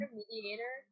mediator